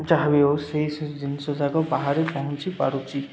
ଯାହା ବିି ଓ ସେଇ ଜିନିଷ ଯାକ ବାହାରେ ପହଞ୍ଚି ପାରୁଛି